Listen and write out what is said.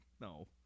No